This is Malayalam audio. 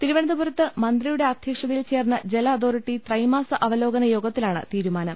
തിരുവനന്തപുരത്ത് മന്ത്രിയുടെ അധ്യക്ഷതയിൽ ചേർന്ന ജല അതോറിറ്റി ത്രൈമാസ അവലോകന യോഗത്തിലാണ് തീരു മാനം